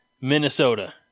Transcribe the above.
Minnesota